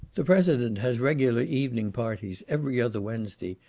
the president has regular evening parties, every other wednesday,